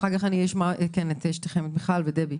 ואחר כך אני אשמע את מיכל ואת דבי.